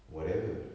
whatever